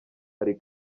hari